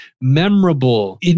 memorable